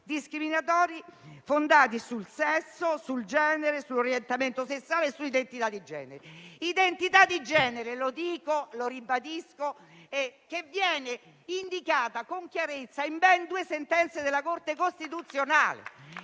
discriminatori fondati sul sesso, sul genere, sull'orientamento sessuale, sull'identità di genere. Ribadisco che l'identità di genere viene indicata con chiarezza in ben due sentenze della Corte costituzionale.